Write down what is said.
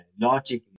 logic